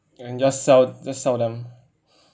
and just sell just sell them